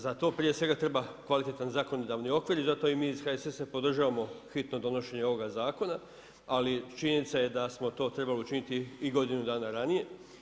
Za to prije svega treba kvalitetan zakonodavni okvir i zato i mi iz HSS podržavamo hitno donošenje ovoga zakona ali činjenica je da smo to trebali učiniti i godinu dana ranije.